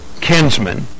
kinsman